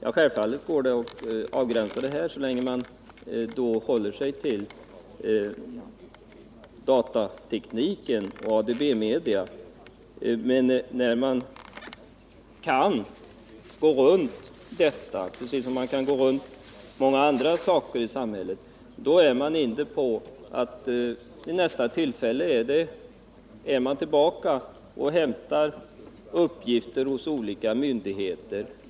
I varje fall går det självfallet att göra det så länge man håller sig till datatekniken och ADB-media. Men eftersom det finns möjligheter att gå runt de bestämmelser som gäller — precis som man kan göra med många andra bestämmelser i samhället — får detta till följd att reklamföretagen kommer tillbaka och hämtar uppgifter hos olika myndigheter.